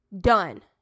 done